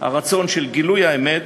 הרצון של גילוי האמת,